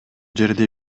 жерде